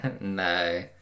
No